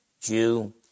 Jew